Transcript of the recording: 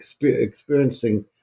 experiencing